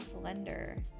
slender